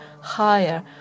higher